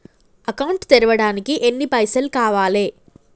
Account తెరవడానికి ఎన్ని పైసల్ కావాలే?